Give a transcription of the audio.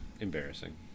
Embarrassing